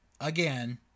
again